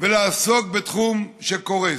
ולעסוק בתחום שקורס?